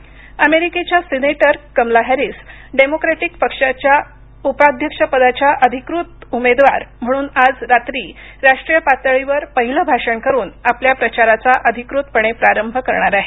Kamala Harris अमेरिकेच्या senator Kamala Harris democratic पक्षाच्या उपाध्यक्षपदाच्या अधिकृत पदाच्या उमेदवार म्हणून आज रात्री राष्ट्रीय पातळीवर पहिलं भाषण करून आपल्या प्रचाराचा अधिकृतपणे प्रारंभ करणार आहेत